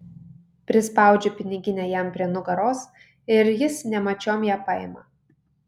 prispaudžiu piniginę jam prie nugaros ir jis nemačiom ją paima